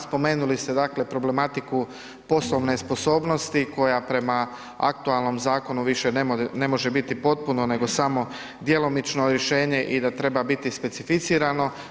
Spomenuli ste dakle problematiku poslovne sposobnosti koja prema aktualnom zakonu više ne može biti potpuno nego samo djelomično rješenje i da treba biti specificirano.